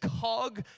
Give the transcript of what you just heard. cog